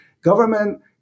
government